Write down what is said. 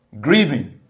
grieving